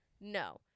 No